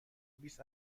بیست